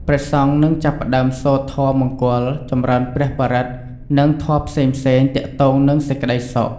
ព្រះសង្ឃនឹងចាប់ផ្ដើមសូត្រធម៌មង្គល ចម្រើនព្រះបរិត្ត និងធម៌ផ្សេងៗទាក់ទងនឹងសេចក្ដីសុខ។